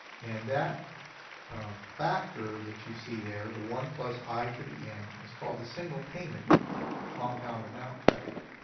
and that factor that you see there, the one plus i to the n, is called the single payment compound amount factor.